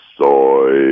Soy